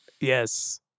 Yes